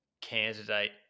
candidate